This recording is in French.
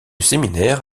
séminaire